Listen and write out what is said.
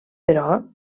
però